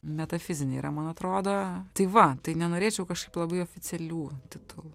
metafizinė yra man atrodo tai va tai nenorėčiau kažkaip labai oficialių titulų